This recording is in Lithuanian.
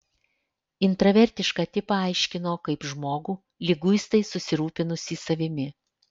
intravertišką tipą aiškino kaip žmogų liguistai susirūpinusį savimi